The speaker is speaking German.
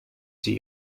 sie